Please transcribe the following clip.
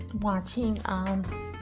watching